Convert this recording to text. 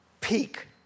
peak